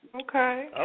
Okay